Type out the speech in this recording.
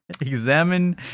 Examine